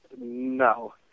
No